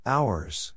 Hours